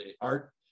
art